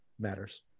matters